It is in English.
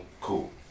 cool